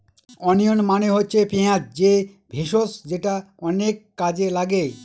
onion মানে হচ্ছে পেঁয়াজ যে ভেষজ যেটা অনেক কাজে লাগে